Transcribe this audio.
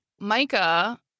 Micah